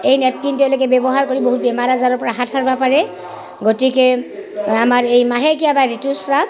এই নেপকিন তেওঁলোকে ব্যৱহাৰ কৰি বহুত বেমাৰ আজাৰৰ পৰা হাত সাৰবা পাৰে গতিকে আমাৰ এই মাহেকীয়া বা ঋতুস্ৰাৱ